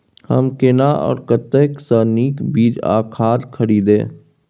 हम केना आ कतय स नीक बीज आ खाद खरीदे?